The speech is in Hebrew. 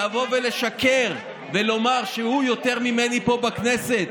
לבוא ולשקר ולומר שהוא יותר ממני פה בכנסת?